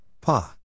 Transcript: Pa